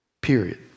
Period